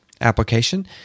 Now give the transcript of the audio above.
application